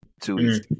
Two